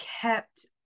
kept